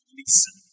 listen